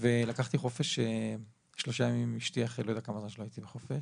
ולקחתי חופש שלושה ימים עם אשתי אחרי לא יודע כמה זמן שלא הייתי בחופש.